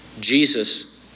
Jesus